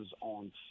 on